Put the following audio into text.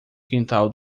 quintal